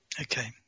Okay